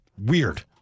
Weird